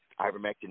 ivermectin